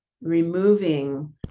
removing